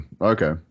Okay